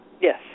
Yes